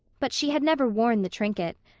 but she had never worn the trinket.